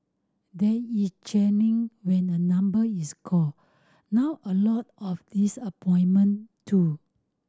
there is cheering when a number is called now a lot of disappointment too